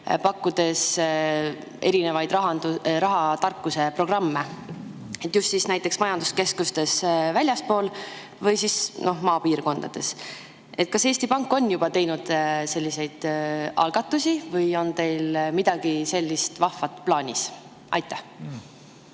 pakkudes erinevaid rahatarkuse programme, just näiteks majanduskeskustest väljaspool või siis maapiirkondades. Kas Eesti Pank on juba teinud selliseid algatusi või on teil midagi sellist vahvat plaanis? Aitäh,